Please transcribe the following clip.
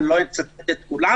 אני לא אצטט את כולם